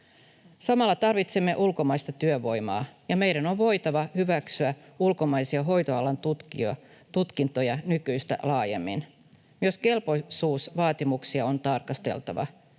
Samalla tarvitsemme ulkomaista työvoimaa, ja meidän on voitava hyväksyä ulkomaisia hoitoalan tutkintoja nykyistä laajemmin. Myös kelpoisuusvaatimuksia on tarkasteltava.